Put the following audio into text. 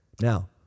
Now